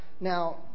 Now